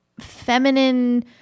feminine